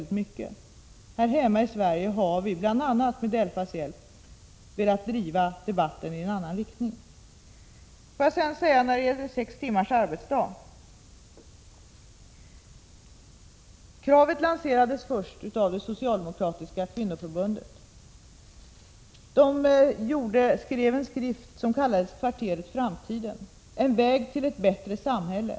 I Sverige har vi, bl.a. med DELFA:s hjälp, velat driva debatten i en annan riktning. Låt mig sedan återkomma till frågan om sex timmars arbetsdag. Kravet på sex timmars arbetsdag lanserades först av det socialdemokratiska kvinnoförbundet. Förbundet utgav en skrift som kallades Kvarteret framtiden och som angav en väg till ett bättre samhälle.